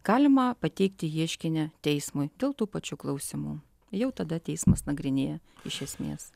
galima pateikti ieškinį teismui dėl tų pačių klausimų jau tada teismas nagrinėja iš esmės